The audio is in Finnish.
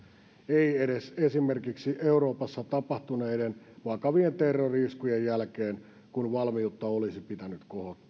ei edes esimerkiksi euroopassa tapahtuneiden vakavien terrori iskujen jälkeen kun valmiutta olisi pitänyt kohottaa